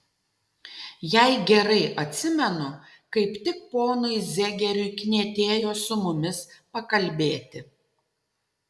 jei gerai atsimenu kaip tik ponui zegeriui knietėjo su mumis pakalbėti